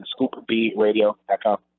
ScoopBRadio.com